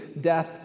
death